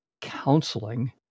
counseling